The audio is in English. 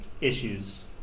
issues